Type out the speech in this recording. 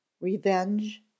Revenge